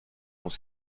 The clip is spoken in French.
dans